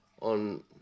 on